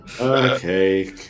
Okay